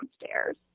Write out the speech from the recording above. downstairs